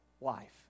life